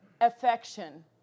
affection